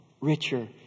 richer